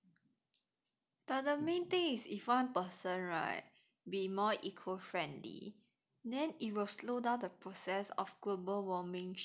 but the main thing is if one person right be more eco-friendly then it will slow down the process of global warming shit [what]